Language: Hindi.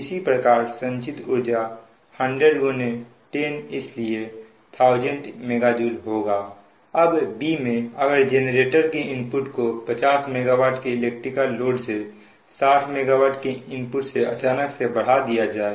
इस प्रकार संचित ऊर्जा 10010 इसलिए 1000 MJ होगा अब में अगर जेनरेटर के इनपुट को 50 MW के इलेक्ट्रिकल लोड से 60 MW के इनपुट से अचानक से बढ़ा दिया जाए